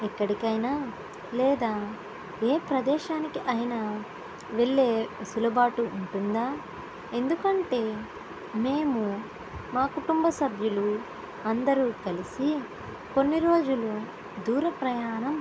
ఎక్కడికైనా లేదా ఏ ప్రదేశానికి అయినా వెళ్ళే వెసులుబాటు ఉంటుందా ఎందుకంటే మేము మా కుటుంబ సభ్యులు అందరూ కలిసి కొన్ని రోజలు దూర ప్రయాణం